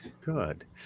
Good